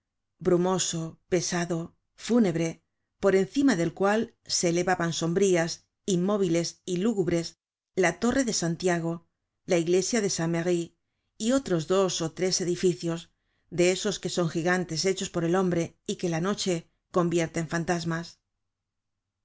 brumoso pesado fúnebre por encima del cual se elevaban sombrías inmóviles y lúgubres la torre de santiago la iglesia de san merry y otros dos ó tres edificios de esos que son gigantes hechos por el hombre y que la noche convierte en fantasmas